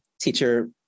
teacher